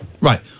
Right